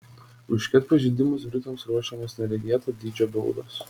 už ket pažeidimus britams ruošiamos neregėto dydžio baudos